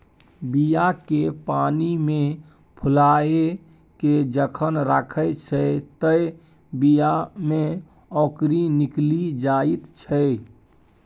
बीया केँ पानिमे फुलाए केँ जखन राखै छै तए बीया मे औंकरी निकलि जाइत छै